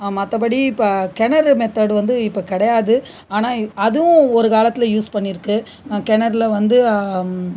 ஆமாம் மற்ற படி கிணறு மெத்தடு வந்து இப்போ கிடையாது ஆனால் அதுவும் ஒரு காலத்தில் யூஸ் பண்ணிருக்குது கிணறுல வந்து